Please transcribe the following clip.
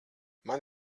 man